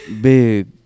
big